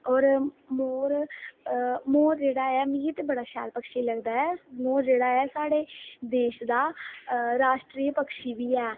और मोर जेहड़ा ऐ मिगी ते एह् बड़ा शैल पक्खरु पक्षी लगदा ऐ मोर जेहड़ा ऐ साढ़े देश दा राष्ट्री पक्षी बी ऐ